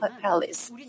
palace